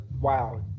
wow